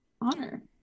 Honor